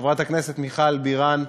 חברת הכנסת מיכל בירן,